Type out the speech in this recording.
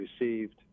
received